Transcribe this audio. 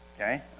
okay